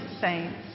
saints